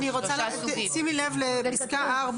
שימי לב לפסקה (4),